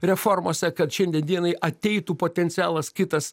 reformose kad šiandien dienai ateitų potencialas kitas